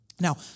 Now